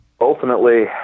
ultimately